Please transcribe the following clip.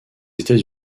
états